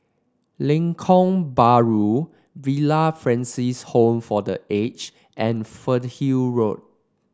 Lengkok Bahru Villa Francis Home for The Aged and Fernhill Road